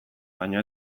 baina